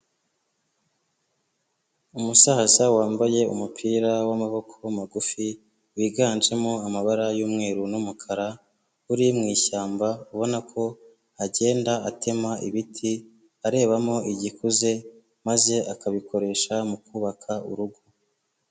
Umusaza wambaye umupira w'amaboko magufi, wiganjemo amabara y'umweru, n'umukara, uri mushyamba ubona ko agenda atema ibiti arebamo igikuze maze akabikoresha mu kubaka urugo.